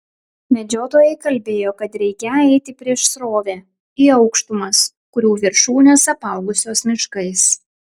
medžiotojai kalbėjo kad reikią eiti prieš srovę į aukštumas kurių viršūnės apaugusios miškais